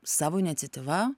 savo iniciatyva